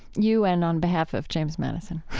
you and on behalf of james madison